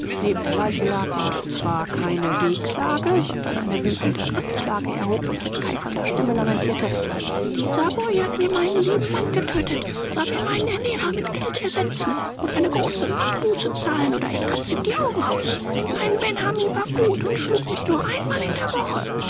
neben der leiche lag und zwar keine wehklage sondern eine wütende anklage erhob und mit keifender stimme lamentierte dieser boy hat mir meinen lieben mann getötet soll mir meinen ernährer mit geld ersetzen und eine große mannbuße zahlen oder ich kratz ihm die augen aus mein benhammi war gut und schlug mich nur einmal in der woche